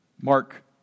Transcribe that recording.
mark